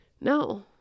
No